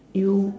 you